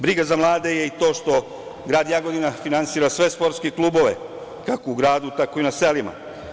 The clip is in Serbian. Briga za mlade je i to što grad Jagodina finansira sve sportske klubove, kao u gradu, tako i u selima.